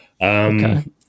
Okay